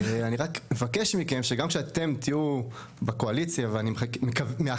ואני רק אבקש מכם שכשאתם תהיו בקואליציה ואנחנו נהיה באופוזיציה,